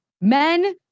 men